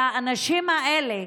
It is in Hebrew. והאנשים האלה,